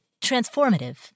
transformative